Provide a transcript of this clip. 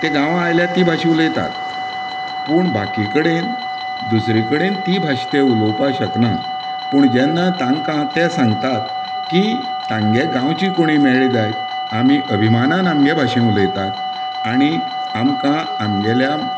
तें गांवांत आयले ती भाशा उलयतात पूण बाकी कडेन दुसरें कडेन ती भाशा ते उलोवपाक शकना पूण जेन्ना तांकां ते सांगतात की तांगे गांवचे कोणीय मेळ्ळें जायत आनी अभिमानान आमगे भाशा उलयतात आनी आमकां आमगेल्या